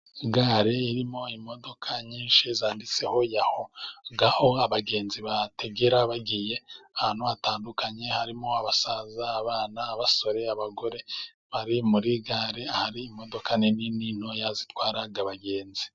Gare irimo imodoka nyinshi zanditseho yaho, aho abagenzi bategera bagiye ahantu hatandukanye harimo: abasaza, abana, abasore, abagore. Bari muri gare hari imodoka nini ni ntoya zitwara abagenzi.